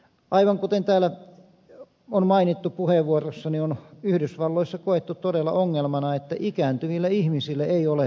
aivan kuten täällä on mainittu puheenvuorossa niin on yhdysvalloissa koettu todella ongelmana että ikääntyville ihmisille ei ole lähipalveluita